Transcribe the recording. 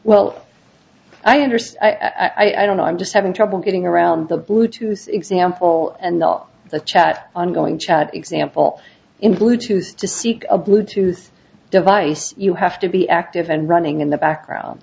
understand i don't know i'm just having trouble getting around the bluetooth example and not the chat on going chat example in bluetooth to seek a bluetooth device you have to be active and running in the background